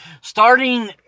starting